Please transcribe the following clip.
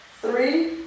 three